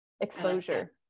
Exposure